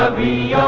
the